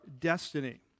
destiny